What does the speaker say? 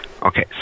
Okay